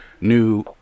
new